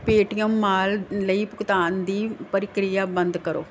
Paytm mall ਲਈ ਭੁਗਤਾਨ ਦੀ ਪ੍ਰਕਿਰਿਆ ਬੰਦ ਕਰੋ